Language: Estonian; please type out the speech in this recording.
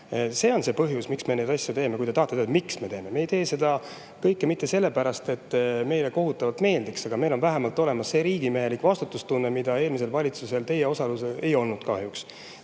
See on põhjus, miks me neid asju teeme – te ju tahate teada, miks me neid teeme. Me ei tee seda kõike mitte sellepärast, et see meile kohutavalt meeldiks, aga meil on vähemalt olemas riigimehelik vastutustunne, mida eelmisel valitsusel teie osalusel kahjuks